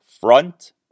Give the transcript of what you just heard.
front